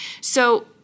So-